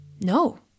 No